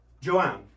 Joanne